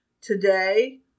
Today